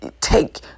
take